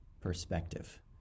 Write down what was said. perspective